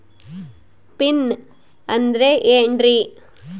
Pin ಅಂದ್ರೆ ಏನ್ರಿ?